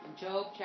Job